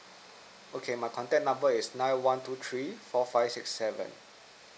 okay my contact number is nine one two three four five six seven